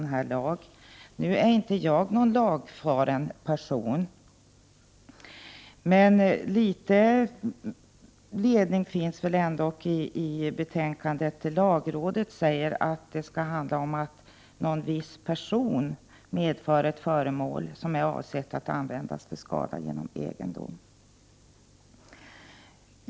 Nu är jag inte någon lagfaren person, men litet ledning finns väl ändå i betänkandet. Lagrådet säger att det skall handla om att en viss person medför ett föremål som är avsett att användas för att skada egendom.